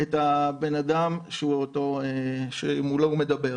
את הבן אדם שמולו הוא מדבר.